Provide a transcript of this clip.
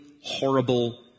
horrible